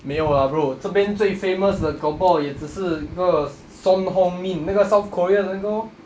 没有 ah bro 这边最 famous 的搞不好也只是一个 son heung min 那个 south korea 的那个 orh